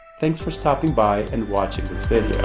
thanks for stopping by and watching this video.